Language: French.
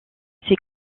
ces